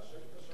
אתה שהיית שמן,